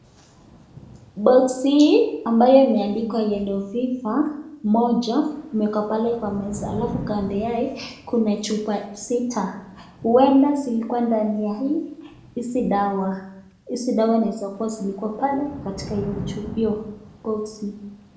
Boksi ambayo imeandikwa yellow fever . Moja imeekwa pale kwa meza alafu kando yake kuna chupa sita, ueda zilikuwa ndani ya hizi dawa. Hizi dawa zinaeza kuwa zilikuwa pale katika hio boksi .